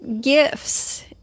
gifts